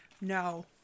No